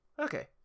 okay